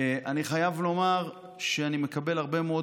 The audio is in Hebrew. אני חייב לומר שאני מקבל הרבה מאוד